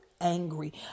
angry